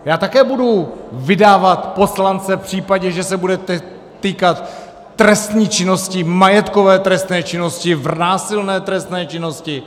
Já také budu vydávat poslance v případě, že se bude týkat trestné činnosti, majetkové trestné činnosti, násilné trestné činnosti.